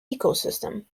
ecosystem